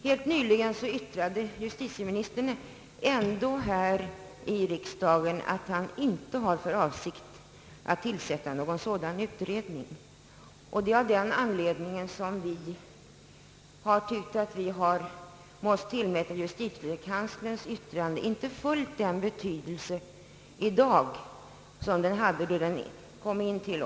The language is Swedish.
Helt nyligen omtalade justitieministern emellertid här i riksdagen att han inte har för avsikt att tillsätta en sådan utredning. Det är av den anledningen som vi har tyckt att vi inte behövde tillmäta justitiekanslerns yttrande fullt den betydelse i dag som det hade då det avgavs.